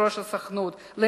יושב-ראש הסוכנות,